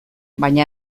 baina